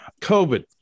COVID